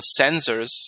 sensors